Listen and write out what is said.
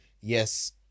yes